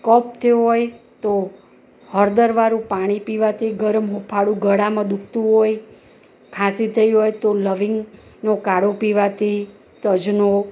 કફ થયો હોય તો હળદરવાળું પાણી પીવાથી ગરમ હૂંફાળું ગળામાં દુખતું હોય ખાંસી થઈ હોય તો લવિંગ નો કાઢો પીવાથી તજનો